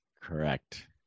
Correct